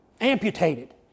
amputated